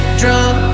drunk